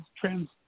trans